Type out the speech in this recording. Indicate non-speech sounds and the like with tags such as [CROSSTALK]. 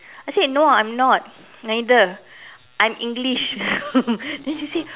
I said no I'm not neither I'm English [LAUGHS] then she said